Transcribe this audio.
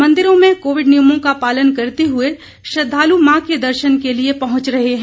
मंदिरों में कोविड नियमों का पालन करते हुए श्रद्धालु मां के दर्शन के लिए पहुंच रहे है